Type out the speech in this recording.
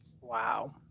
Wow